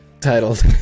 titled